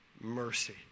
mercy